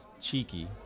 cheeky